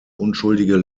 unschuldige